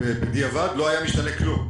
בדיעבד לא היה משתנה כלום,